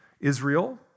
Israel